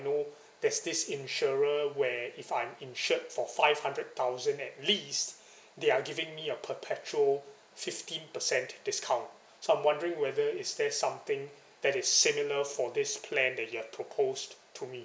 know there's this insurer where if I am insured for five hundred thousand at least they are giving your perpetual fifty percent discount so I'm wondering whether is there something that is similar for this plan that you have proposed to me